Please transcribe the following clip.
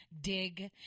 dig